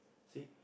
see